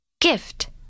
gift